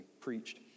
preached